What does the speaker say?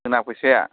जोंना फैसाया